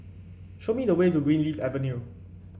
show me the way to Greenleaf Avenue